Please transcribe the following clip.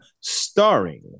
starring